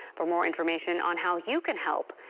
for more information on how you can help,